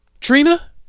trina